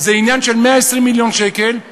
זה עניין של 120 מיליון שקל,